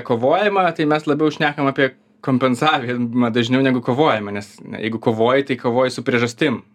kovojimą tai mes labiau šnekam apie kompensavimą dažniau negu kovojimą nes jeigu kovoji tai kovoji su priežastim